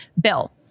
Bill